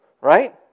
Right